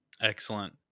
Excellent